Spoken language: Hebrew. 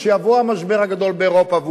כשיבוא המשבר הגדול באירופה,